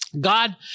God